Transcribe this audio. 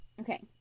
Okay